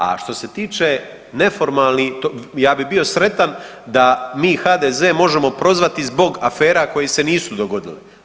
A što se tiče neformalni ja bih bio sretan da mi HDZ-e možemo prozvati zbog afera koje se nisu dogodile.